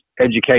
education